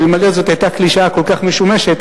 אלמלא היתה זאת קלישאה כל כך משומשת,